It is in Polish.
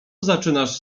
zaczynasz